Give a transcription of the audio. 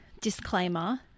disclaimer